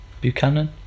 Buchanan